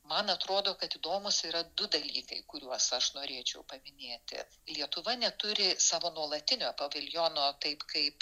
man atrodo kad įdomūs yra du dalykai kuriuos aš norėčiau paminėti lietuva neturi savo nuolatinio paviljono taip kaip